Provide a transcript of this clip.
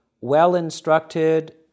well-instructed